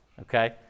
Okay